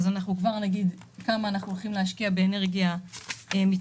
אנחנו כבר נגיד כמה אנחנו הולכים להשקיע באנרגיה מתחדשת.